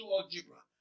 algebra